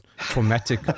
traumatic